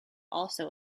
also